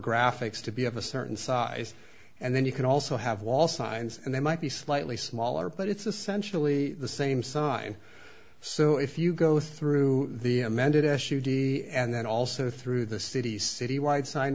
graphics to be of a certain size and then you can also have wall signs and they might be slightly smaller but it's essentially the same sign so if you go through the amended s u v and then also through the city citywide sign